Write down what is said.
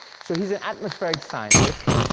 so he's an atmospheric scientist,